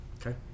Okay